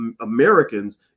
americans